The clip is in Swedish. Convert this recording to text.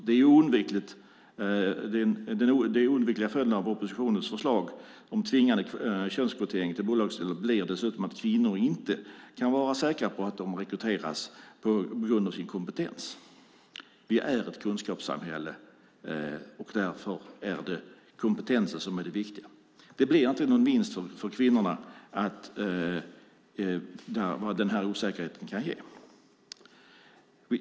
Den oundvikliga följden av oppositionens förslag om tvingande könskvotering till bolagsstyrelser blir dessutom att kvinnor inte kan vara säkra på att de rekryteras på grund av sin kompetens. Vi är ett kunskapssamhälle. Därför är det kompetensen som är det viktiga. Det blir inte någon vinst för kvinnorna. Man vet inte vad denna osäkerhet kan ge.